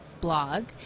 blog